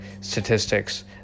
statistics